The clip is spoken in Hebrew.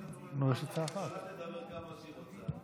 השרה תדבר כמה שהיא רוצה.